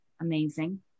amazing